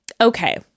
Okay